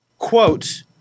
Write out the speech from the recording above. Quote